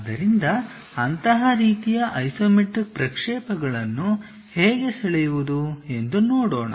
ಆದ್ದರಿಂದ ಅಂತಹ ರೀತಿಯ ಐಸೊಮೆಟ್ರಿಕ್ ಪ್ರಕ್ಷೇಪಗಳನ್ನು ಹೇಗೆ ಸೆಳೆಯುವುದು ಎಂದು ನೋಡೋಣ